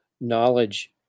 knowledge